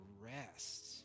rest